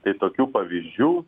tai tokių pavyzdžių